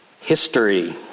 history